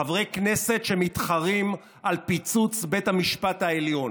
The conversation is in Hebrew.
חברי כנסת שמתחרים על פיצוץ בית המשפט העליון,